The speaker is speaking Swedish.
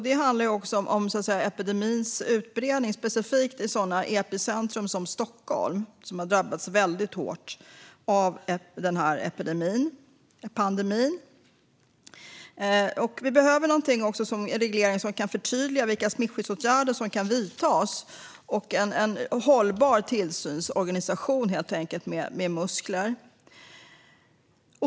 Det handlar om epidemins utbredning specifikt i sådana epicentrum som Stockholm, som har drabbats mycket hårt av pandemin. Vi behöver en reglering som kan förtydliga vilka smittskyddsåtgärder som ska vidtas och en hållbar tillsynsorganisation med muskler.